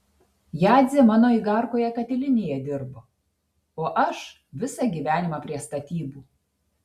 jadzė mano igarkoje katilinėje dirbo o aš visą gyvenimą prie statybų